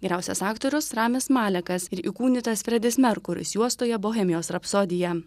geriausias aktorius ramis malekas ir įkūnytas fredis merkuris juostoje bohemijos rapsodija